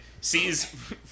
sees